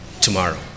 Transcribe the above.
tomorrow